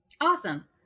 Awesome